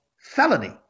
felony